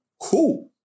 Cool